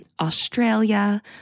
Australia